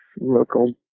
local